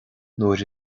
nuair